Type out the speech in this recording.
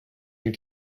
and